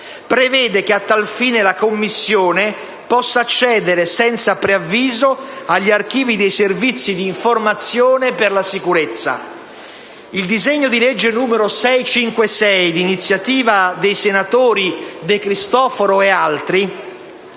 Prevede che, a tal fine, la Commissione possa accedere senza preavviso agli archivi dei Servizi di informazione per la sicurezza. Il disegno di legge n. 656 (d'iniziativa dei senatori De Cristofaro e altri)